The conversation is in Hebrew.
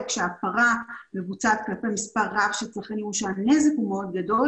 או כאשר ההפרה מבוצעת כלפי מספר רב של צרכנים והנזק הוא מאוד גדול